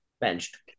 Benched